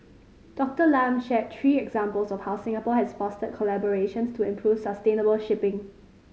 Doctor Lam shared three examples of how Singapore has fostered collaborations to improve sustainable shipping